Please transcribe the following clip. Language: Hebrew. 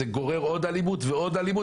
זה גורר עוד אלימות ופיגועים,